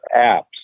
apps